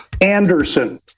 Anderson